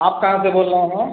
आप कहाँ से बोल रहे हैं